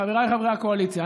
חבריי חברי הקואליציה,